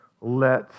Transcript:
let